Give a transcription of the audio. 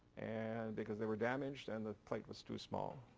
and because they were damaged and the plate was too small.